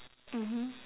mmhmm